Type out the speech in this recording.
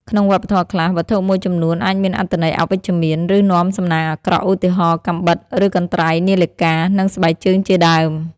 ក្នុងវប្បធម៌ខ្លះ វត្ថុមួយចំនួនអាចមានអត្ថន័យអវិជ្ជមាន ឬនាំសំណាងអាក្រក់ ឧទាហរណ៍ កាំបិត ឬកន្ត្រៃ នាឡិកា និងស្បែកជើងជាដើម។